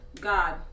God